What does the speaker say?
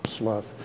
love